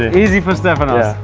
ah easy for stefanos!